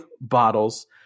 bottles